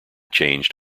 changed